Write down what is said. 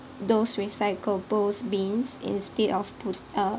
those recyclables bins instead of put uh